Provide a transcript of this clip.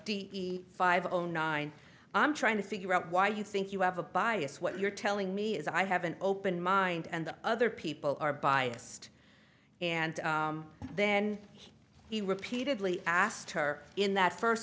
fifteen five o nine i'm trying to figure out why you think you have a bias what you're telling me is i have an open mind and other people are biased and then he repeatedly asked her in that first